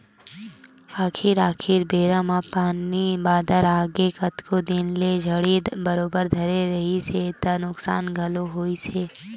आखरी आखरी बेरा म पानी बादर आगे कतको दिन ले झड़ी बरोबर धरे रिहिस हे त नुकसान घलोक होइस हे